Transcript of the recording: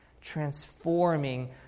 transforming